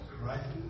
right